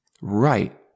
right